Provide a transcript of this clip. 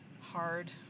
hard